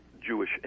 Jewish